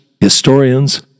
historians